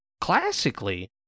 classically